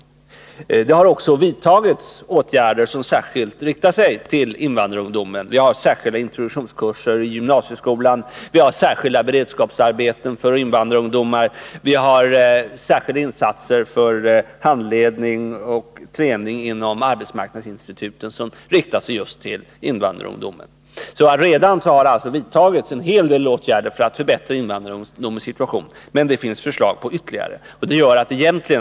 Åtgärder har också vidtagits, som särskilt riktar sig till invandrarungdomarna. Vi har särskilda introduktionskurser i gymnasieskolan. Vi har särskilda beredskapsarbeten för invandrarungdomar. Vi gör särskilda insatser när det gäller handledning och träning inom arbetsmarknadsinstituten som riktar sig just till invandrarungdomarna. Redan har alltså en hel del åtgärder vidtagits för att förbättra invandrarungdomarnas situation, och det finns ytterligare förslag härvidlag.